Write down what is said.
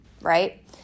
right